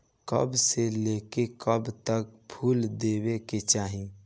कब से लेके कब तक फुल देवे के चाही?